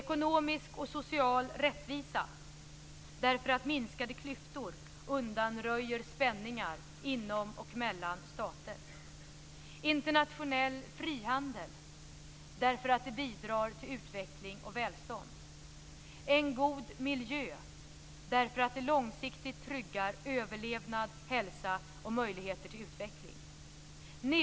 Ekonomisk och social rättvisa - därför att minskade klyftor undanröjer spänningar inom och mellan stater. 3. Internationell frihandel - därför att det bidrar till utveckling och välstånd. 4. En god miljö - därför att det långsiktigt tryggar överlevnad, hälsa och möjligheter till utveckling. 5.